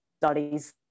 studies